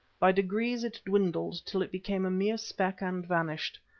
by degrees it dwindled till it became a mere speck and vanished.